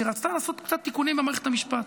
שרצתה לעשות קצת תיקונים במערכת המשפט.